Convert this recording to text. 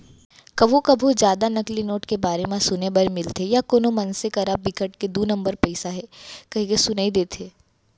कभू कभू जादा नकली नोट के बारे म सुने बर मिलथे या कोनो मनसे करा बिकट के दू नंबर पइसा हे कहिके सुनई देथे